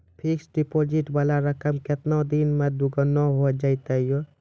Fixed deposit वाला रकम केतना दिन मे दुगूना हो जाएत यो?